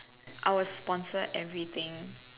I would sponsor everything